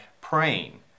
praying